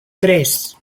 tres